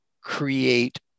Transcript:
create